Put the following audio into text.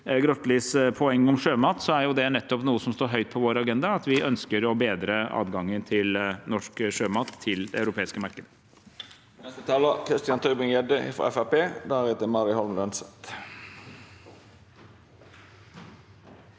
Grotles poeng om sjømat, er det noe som står høyt på vår agenda. Vi ønsker å bedre adgangen til norsk sjømat på det europeiske markedet.